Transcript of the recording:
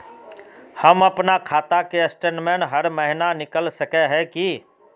हम अपना खाता के स्टेटमेंट हर महीना निकल सके है की?